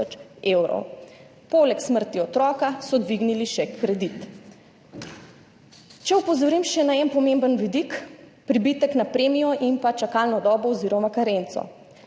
Poleg smrti otroka so dvignili še kredit. Če opozorim še na en pomemben vidik, pribitek na premijo in čakalno dobo oziroma karenco.